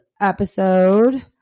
episode